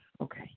Okay